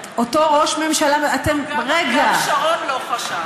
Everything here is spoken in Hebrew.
אותו ראש ממשלה, גם אריאל שרון לא חשש.